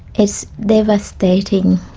it's devastating.